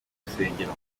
rusengero